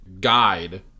guide